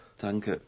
Danke